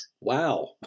Wow